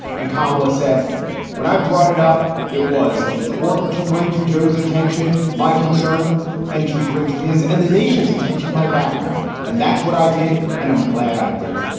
and comilla said when i brought it up, it was important to bring to joe's attention my concern and to bring to his and the nation's attention my background. and that's what i did. and i'm glad i did it.